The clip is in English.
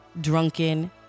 drunken